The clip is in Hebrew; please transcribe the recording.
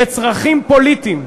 לצרכים פוליטיים.